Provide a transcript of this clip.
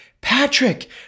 Patrick